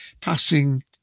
passing